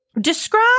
Describe